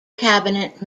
cabinet